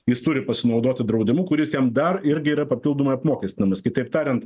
jis turi pasinaudoti draudimu kuris jam dar irgi yra papildomai apmokestinamas kitaip tariant